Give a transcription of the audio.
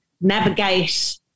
navigate